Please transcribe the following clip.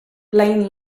blaine